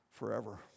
forever